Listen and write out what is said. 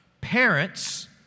Parents